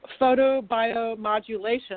photobiomodulation